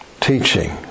teaching